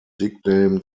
nicknamed